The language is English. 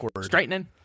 Straightening